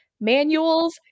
manuals